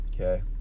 Okay